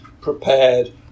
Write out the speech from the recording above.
prepared